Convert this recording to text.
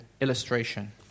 illustration